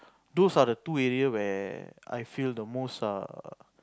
those are the two area where I feel the most err